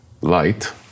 light